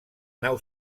nau